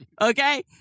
okay